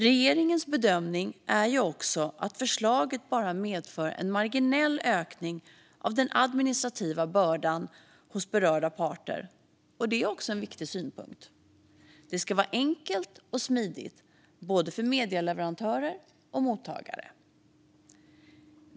Regeringens bedömning är att förslaget bara medför en marginell ökning av den administrativa bördan hos berörda parter, vilket också är en viktig synpunkt. Det ska vara enkelt och smidigt, både för medieleverantörer och för mottagare.